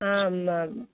आमाम